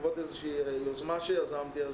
בעקבות איזושהי יוזמה שיזמתי,